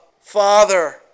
Father